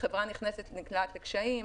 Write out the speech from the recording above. חברה נקלעת לקשיים,